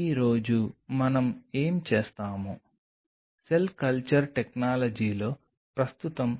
ఈ రోజు మనం ఏమి చేస్తాము సెల్ కల్చర్ టెక్నాలజీలో ప్రస్తుతం